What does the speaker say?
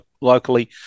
locally